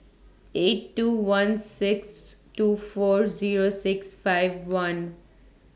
eight two one six two four Zero six five one